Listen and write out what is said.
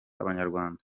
abanyarwanda